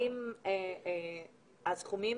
האם הסכומים